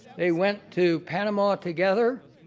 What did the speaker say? they went to panama together,